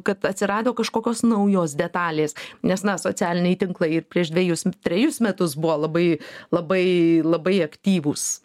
kad atsirado kažkokios naujos detalės nes na socialiniai tinklai ir prieš dvejus trejus metus buvo labai labai labai aktyvūs